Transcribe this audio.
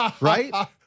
right